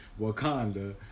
Wakanda